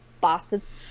bastards